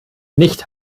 nicht